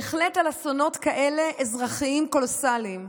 בהחלט, על אסונות אזרחיים קולוסליים כאלה.